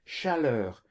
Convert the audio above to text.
chaleur